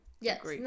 Yes